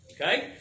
Okay